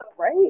Right